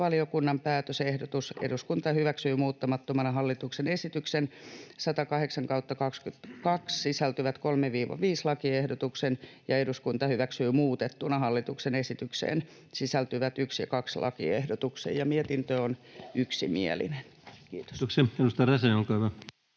hallintovaliokunnan päätösehdotus: ”Eduskunta hyväksyy muuttamattomana hallituksen esitykseen 108/2022 sisältyvät 3.—5. lakiehdotuksen” ja ”Eduskunta hyväksyy muutettuna hallituksen esitykseen sisältyvät 1. ja 2. lakiehdotuksen.” Mietintö on yksimielinen. — Kiitos. Kiitoksia. — Edustaja Räsänen, olkaa hyvä.